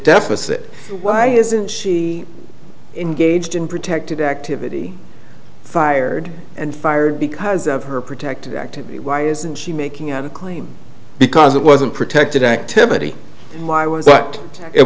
deficit why isn't she engaged in protected activity fired and fired because of her protected activity why isn't she making out a claim because it wasn't protected activity